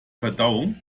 verdauung